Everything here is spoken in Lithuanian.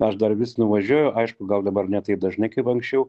aš dar vis nuvažiuoju aišku gal dabar ne taip dažnai kaip anksčiau